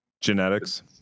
genetics